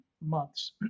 months